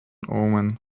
omen